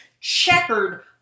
checkered